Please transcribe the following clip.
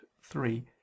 three